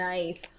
Nice